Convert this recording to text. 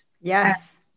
Yes